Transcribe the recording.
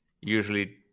usually